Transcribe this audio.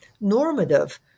normative